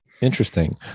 Interesting